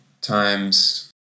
times